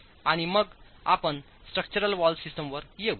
आणि मग आपण स्ट्रक्चरल वॉल सिस्टीमवर येऊ